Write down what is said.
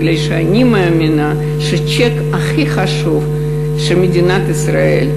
מפני שאני מאמינה שהצ'ק הכי חשוב שמדינת ישראל,